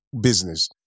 business